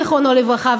זיכרונו לברכה,